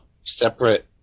separate